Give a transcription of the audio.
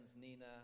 Nina